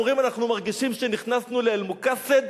הם אומרים: אנחנו מרגישים שנכנסנו ל"אל-מקאסד"?